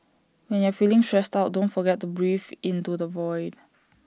when you are feeling stressed out don't forget to breathe into the void